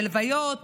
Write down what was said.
בלוויות,